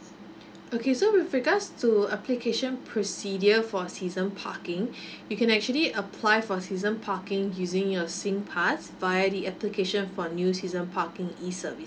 okay so with regards to application procedure for a season parking you can actually apply for season parking using your S I N G_P A S S via the application for new season parking E services